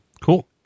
Cool